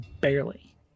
Barely